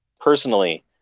Personally